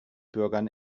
bürgern